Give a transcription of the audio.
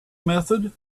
method